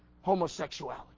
homosexuality